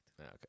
Okay